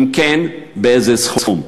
4. אם כן, באיזה סכום?